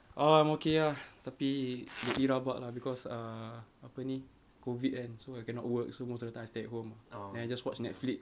orh I'm okay ah tapi lately rabak ah because uh apa ni COVID kan so I cannot work so most of the time I stay at home then I just watch Netflix